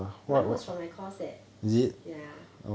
mine was from my course leh ya